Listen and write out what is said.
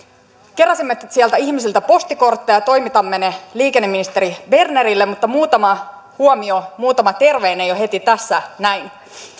keräsimme sieltä ihmisiltä postikortteja ja toimitamme ne liikenneministeri bernerille mutta muutama huomio muutama terveinen jo heti tässä näin